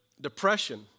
depression